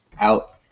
out